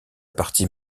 partie